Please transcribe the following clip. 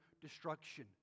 destruction